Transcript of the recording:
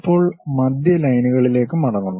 ഇപ്പോൾ മധ്യ ലൈനുകളിലേക്ക് മടങ്ങുന്നു